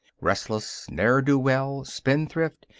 restless, ne'er-do-well, spendthrift,